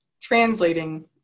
translating